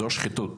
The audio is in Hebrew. זו שחיתות,